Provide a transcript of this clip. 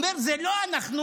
הוא אומר: זה לא אנחנו,